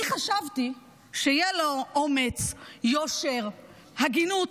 אני חשבתי שיהיו לו אומץ, יושר, הגינות,